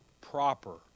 proper